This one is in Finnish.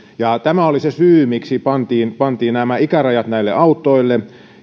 tämä oli se syy miksi pantiin pantiin nämä ikärajat näille autoille